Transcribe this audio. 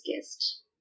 guest